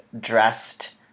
dressed